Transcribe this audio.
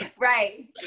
Right